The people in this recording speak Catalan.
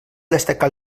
destacar